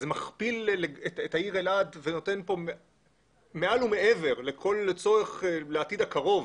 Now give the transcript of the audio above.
זה מכפיל את העיר אלעד ונותן פה מעל ומעבר לעתיד הקרוב.